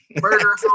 Murder